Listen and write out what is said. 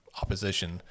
opposition